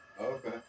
Okay